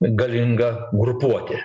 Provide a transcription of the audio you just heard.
galingą grupuotę